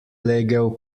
legel